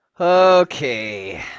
Okay